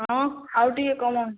ହଁ ଆଉ ଟିକିଏ କମାଅ